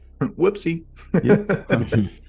Whoopsie